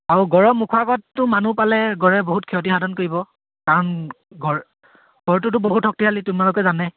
আৰু গঁড়ৰ মুখৰ আগততো মানুহ পালে গঁড়ে বহুত ক্ষতি সাধন কৰিব কাৰণ গঁ গঁড়টোতো বহুত শক্তিশালী তোমালোকে জানাই